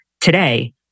today